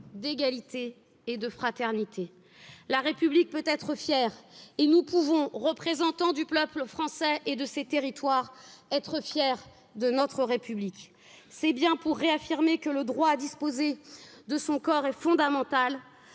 d'égalité et de fraternité. La République peut être fière et nous pouvons représentants du peuple français et de ces territoires être fiers de notre République. C'est bien pour réaffirmer que le droit à disposer de son corps est fondamental